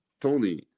Tony